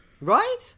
Right